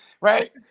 Right